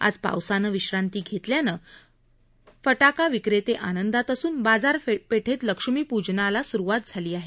आज पावसानं विश्रांती घेतल्यानं फटाका विक्रते आनंदात असून बाजारपेठेत लक्ष्मीप्जनाला स्रुवात झाली आहे